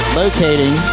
locating